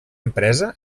empresa